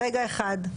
רגע אחד.